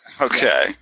Okay